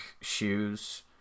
shoes